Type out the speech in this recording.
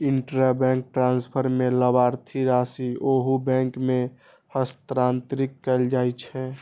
intrabank transfer मे लाभार्थीक राशि ओहि बैंक मे हस्तांतरित कैल जाइ छै